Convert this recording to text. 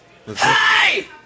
Hey